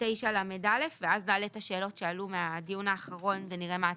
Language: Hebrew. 9לא ואז נעלה את השאלות שעלו מהדיון האחרון ונראה מה התשובות.